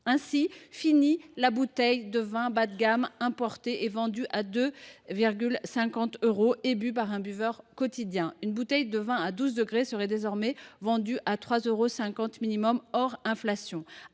fini de la bouteille d’alcool bas de gamme importée et vendue à 2,50 euros et bue par un buveur quotidien. Une bouteille de vin à 12 degrés serait désormais vendue à 3,50 euros minimum, hors inflation.